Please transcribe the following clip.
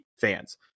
fans